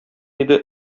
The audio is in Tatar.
иде